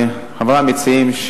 חברי המציעים,